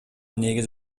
негиз